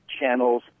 channels